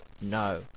No